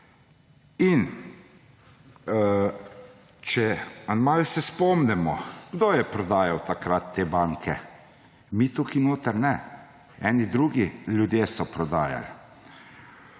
Če se malo spomnimo ‒ kdo je prodajal takrat te banke? Mi tukaj notri ne, eni drugi ljudje so prodajali!